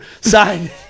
sign